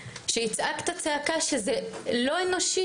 שיצעק את הצעקה שזה לא אנושי,